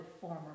former